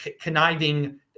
conniving